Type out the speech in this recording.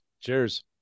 Cheers